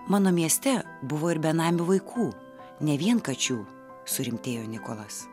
mano mieste buvo ir benamių vaikų ne vien kačių surimtėjo nikolas